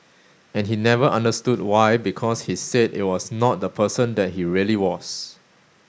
and he never understood why because he said it was not the person that he really was